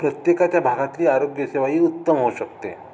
प्रत्येकाच्या भागातली आरोग्यसेवा ही उत्तम होऊ शकते